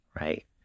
right